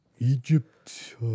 Egypt